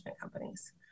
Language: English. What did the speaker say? companies